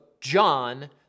John